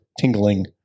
tingling